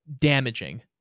damaging